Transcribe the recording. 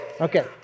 Okay